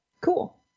cool